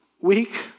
week